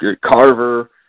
Carver